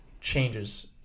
changes